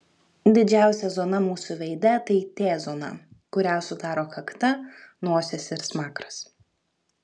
didžiausia zona mūsų veide tai t zona kurią sudaro kakta nosis ir smakras